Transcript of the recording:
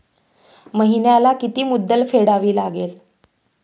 महिन्याला किती मुद्दल फेडावी लागेल?